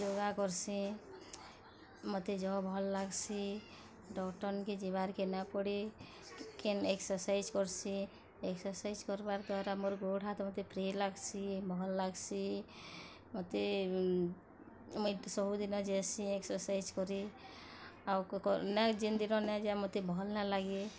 ଯୋଗ କରସିଁ ମୋତେ ଯହ ଭଲ୍ ଲାଗସି ଡ଼କ୍ଟର ନେକେ ଯିବାର୍ କେ ନାଇଁ ପଡ଼େ କେନ୍ ଏକ୍ସରସାଇଜ୍ କରସି ଏକ୍ସରସାଇଜ୍ କରବାର୍ ଦ୍ଵାରା ମୋର୍ ଗୋଡ଼୍ ହାତ୍ ମୋତେ ଫ୍ରୀ ଲାଗସି ଭଲ୍ ଲାଗସି ମୋତେ ମୁଇଁ ତ ସବୁଦିନେ ଯାଏସି ଏକ୍ସରସାଇଜ୍ କରି ଆଉ ନାଇଁ ଯେନ୍ ଦିନ ନାଇଁ ଯାଏ ମୋତେ ଭଲ୍ ନାଇଁ ଲାଗେ